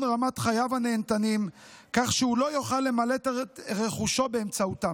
רמת חייו הנהנתניים כך שהוא לא יוכל למלט את רכושו באמצעותם.